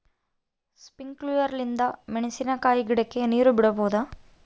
Sprinkler ನಿಂದ ಮೆಣಸಿನಕಾಯಿ ಗಿಡಕ್ಕೆ ನೇರು ಬಿಡಬಹುದೆ?